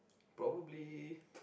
probably